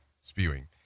spewing